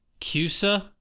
CUSA